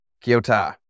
Kyoto